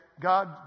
God